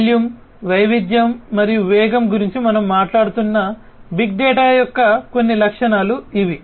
volume వైవిధ్యం మరియు వేగం గురించి మనం మాట్లాడుతున్న బిగ్ డేటా యొక్క కొన్ని లక్షణాలు ఇవి